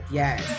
yes